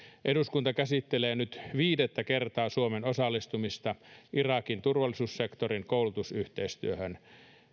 eduskunta käsittelee nyt viidettä kertaa suomen osallistumista irakin turvallisuussektorin koulutusyhteistyöhön